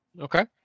Okay